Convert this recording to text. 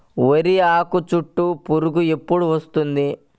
వరిలో ఆకుచుట్టు పురుగు ఎప్పుడు వస్తుంది?